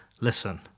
Listen